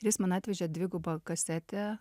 ir jis man atvežė dvigubą kasetę